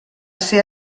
ser